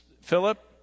Philip